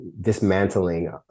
dismantling